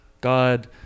God